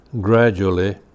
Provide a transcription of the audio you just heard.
Gradually